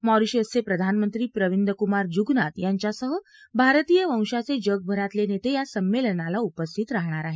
Mauritius चे प्रधानमंत्री प्रविदकूमार जुगनाथ यांच्यासह भारतीय वंशाचे जगभरातले नेते या संमेलनाला उपस्थित राहणार आहेत